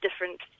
different